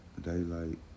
daylight